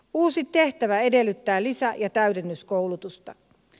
uusi tehtävä edellyttää lisä ja täydennyskoulutusta